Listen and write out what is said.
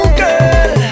girl